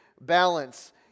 balance